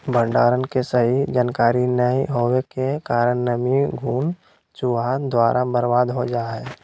भंडारण के सही जानकारी नैय होबो के कारण नमी, घुन, चूहा द्वारा बर्बाद हो जा हइ